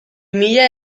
mila